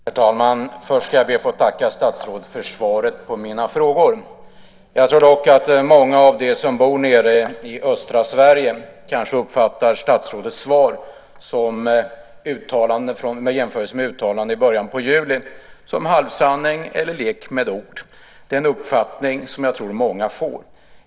Herr talman! Först ska jag be att få tacka statsrådet för svaret på mina frågor. Jag tror att många av dem som bor i östra Sverige kanske uppfattar statsrådets svar, i jämförelse med uttalanden från början av juli, som en halvsanning eller en lek med ord. Det är en uppfattning som jag tror att många får.